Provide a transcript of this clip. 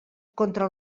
contra